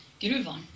gruvan